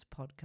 podcast